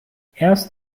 erst